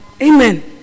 Amen